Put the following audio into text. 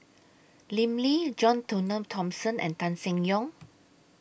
Lim Lee John Thomson and Tan Seng Yong